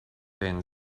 thin